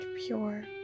pure